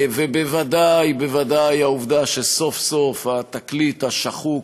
ובוודאי בוודאי העובדה שסוף-סוף התקליט השחוק,